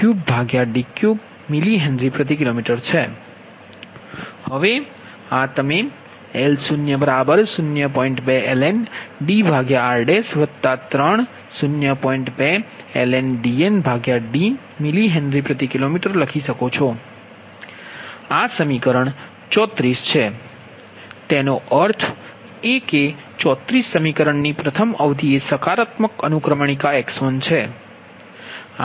2ln DnD mHKm લખી શકો છો આ સમીકરણ 34 છે તેનો અર્થ એ કે 34 સમીકરણ ની પ્રથમ અવધિ એ સકારાત્મક અનુક્રમણિકા X1છે